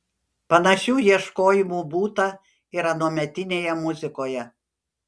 panašių ieškojimų būta ir anuometinėje muzikoje